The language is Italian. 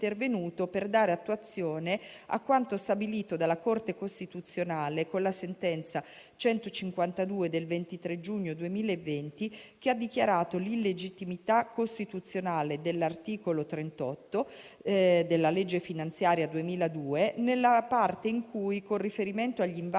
per dare attuazione a quanto stabilito dalla Corte costituzionale con la sentenza n. 152 del 23 giugno 2020, che ha dichiarato l'illegittimità costituzionale dell'articolo 38 della legge finanziaria 2002, nella parte in cui, con riferimento agli invalidi